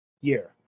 year